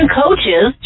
coaches